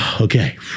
okay